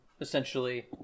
essentially